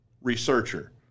researcher